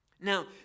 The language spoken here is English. Now